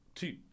two